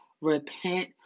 repent